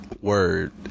Word